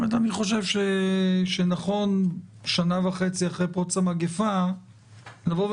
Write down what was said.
אני חושב שנכון שנה וחצי אחרי המגפה לומר: